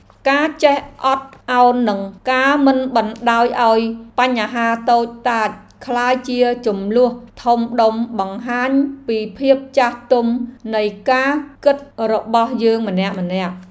ការចេះអត់ឱននិងការមិនបណ្ដោយឱ្យបញ្ហាតូចតាចក្លាយជាជម្លោះធំដុំបង្ហាញពីភាពចាស់ទុំនៃការគិតរបស់យើងម្នាក់ៗ។